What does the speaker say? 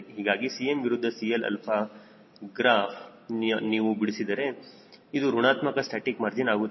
ಹೀಗಾಗಿ Cm ವಿರುದ್ಧ CL graph ನಾವು ಬಿಡಿಸಿದರೆ ಇದು ಋಣಾತ್ಮಕ ಸ್ಟಾಸ್ಟಿಕ್ ಮಾರ್ಜಿನ್ ಆಗುತ್ತದೆ